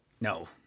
No